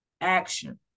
action